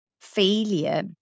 failure